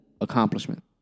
accomplishment